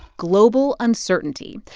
global uncertainty.